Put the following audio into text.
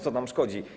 Co nam szkodzi?